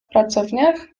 pracowniach